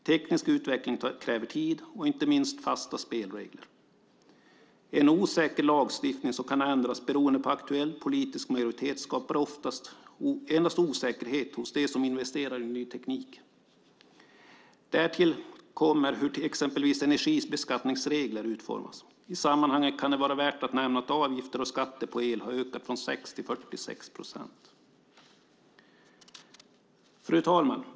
Teknisk utveckling kräver tid och inte minst fasta spelregler. En osäker lagstiftning som kan ändras beroende på aktuell politisk majoritet skapar endast osäkerhet hos dem som investerar i ny teknik. Därtill kommer hur exempelvis energibeskattningsreglerna utformas. I sammanhanget kan det vara värt att nämna att avgifter och skatter på el har ökat från 6 till 46 procent. Fru talman!